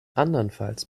andernfalls